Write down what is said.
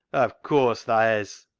of course tha hez,